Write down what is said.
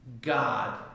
God